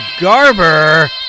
Garber